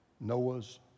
Noah's